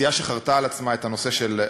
סיעה שחרתה על דגלה את הנושא החברתי